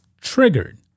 triggered